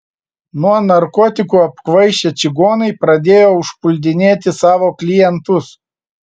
nuo narkotikų apkvaišę čigonai pradėjo užpuldinėti savo klientus